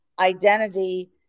identity